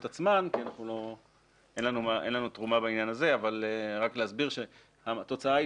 עצמן כי אין לנו תרומה בעניין הזה אבל רק להסביר שהתוצאה היא